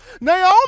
Naomi